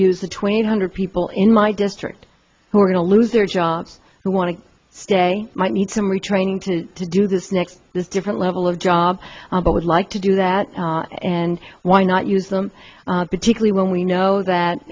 use the twenty eight hundred people in my district who are going to lose their jobs who want to stay might need some retraining to do this next this different level of job but would like to do that and why not use them particularly when we know that